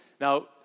now